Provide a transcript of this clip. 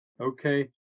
Okay